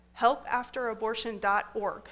helpafterabortion.org